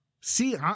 See